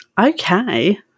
Okay